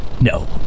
No